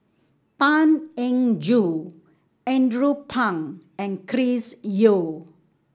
Tan Eng Joo Andrew Phang and Chris Yeo